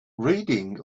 reading